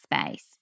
space